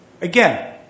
Again